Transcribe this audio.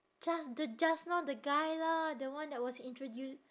just the just now the guy lah the one that was introdu~